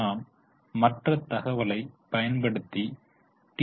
நாம் மற்ற தகவலை பயன்படுத்தி டீ